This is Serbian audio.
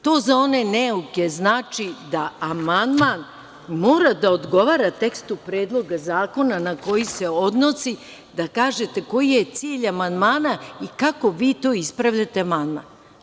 To za one neuke znači da amandman mora da odgovara tekstu predloga zakona na koji se odnosi, da kažete koji je cilj amandmana i kako vi to ispravljate amandman.